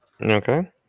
Okay